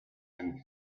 and